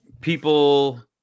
people